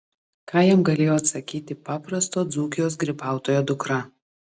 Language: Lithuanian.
ką jam galėjo atsakyti paprasto dzūkijos grybautojo dukra